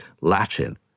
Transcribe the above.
Latin